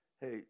hey